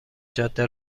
جاده